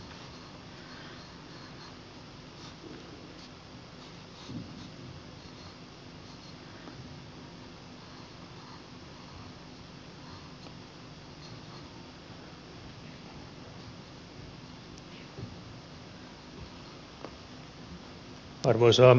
arvoisa puhemies